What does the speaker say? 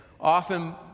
often